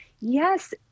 yes